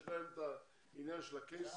יש להם את העניין של הקייסים.